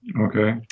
Okay